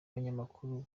umunyamakuru